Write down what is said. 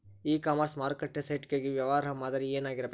E commerce ಮಾರುಕಟ್ಟೆ site ಗಾಗಿ ವ್ಯವಹಾರ ಮಾದರಿ ಏನಾಗಿರಬೇಕು?